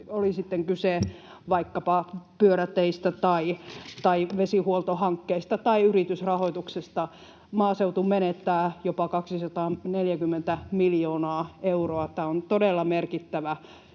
kyse vaikkapa pyöräteistä tai vesihuoltohankkeista tai yritysrahoituksesta. Maaseutu menettää jopa 240 miljoonaa euroa. Tämä on todella merkittävä